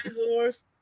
horse